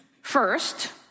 First